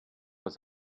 was